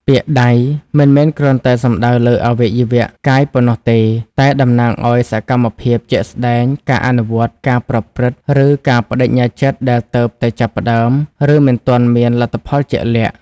ពាក្យ "ដៃ" មិនមែនគ្រាន់តែសំដៅលើអវយវៈកាយប៉ុណ្ណោះទេ តែតំណាងឱ្យ សកម្មភាពជាក់ស្តែង ការអនុវត្ត ការប្រព្រឹត្ត ឬ ការប្ដេជ្ញាចិត្តដែលទើបតែចាប់ផ្ដើម ឬមិនទាន់មានលទ្ធផលជាក់លាក់។